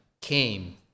came